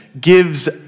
gives